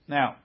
Now